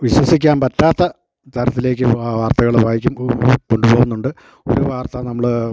വിശ്വസിക്കാൻ പറ്റാത്ത തരത്തിലേക്ക് വാർത്തകൾ വായിക്കും കൊണ്ടുപോവുന്നുണ്ട് ഒരു വാർത്ത നമ്മൾ